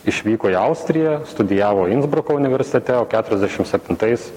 išvyko į austriją studijavo insbruko universitete o keturiasdešim septintais